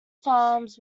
farms